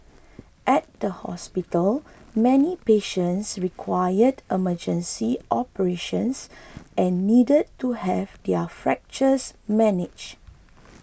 at the hospital many patients required emergency operations and needed to have their fractures managed